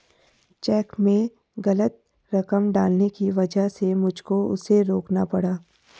check में गलत रकम डालने की वजह से मुझको उसे रोकना पड़ा